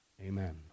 Amen